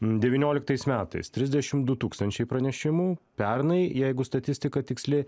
devynioliktais metais trisdešimt du tūkstančiai pranešimų pernai jeigu statistika tiksli